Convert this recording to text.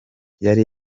yari